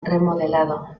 remodelado